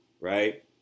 right